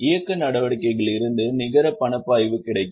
இயக்க நடவடிக்கைகளில் இருந்து நிகர பணப்பாய்வு கிடைக்கும்